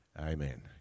amen